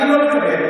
אני לא מקבל.